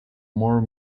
more